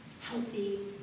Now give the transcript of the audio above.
healthy